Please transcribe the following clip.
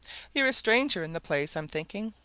you're a stranger in the place, i'm thinking.